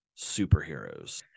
superheroes